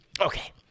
okay